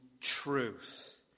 truth